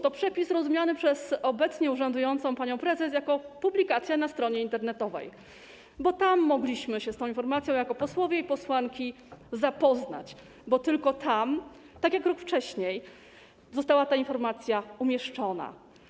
To przepis rozumiany przez obecnie urzędującą panią prezes jako publikacja na stronie internetowej, bo tam mogliśmy się z tą informacją jako posłowie i posłanki zapoznać, bo tylko tam, tak jak rok wcześniej, została ta informacja umieszczona.